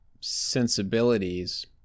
sensibilities